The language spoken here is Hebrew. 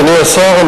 אדוני השר,